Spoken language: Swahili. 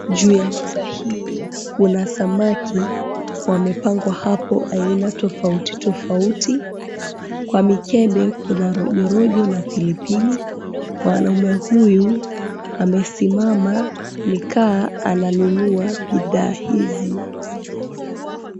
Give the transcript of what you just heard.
Juu ya meza hii kuna samaki wamepangwa hapo aina tofauti tofauti. Kwa mikembe kuna rojorojo la pilipili. Mwanaume huyu amesimama nikaa ananunua bidhaa hizi.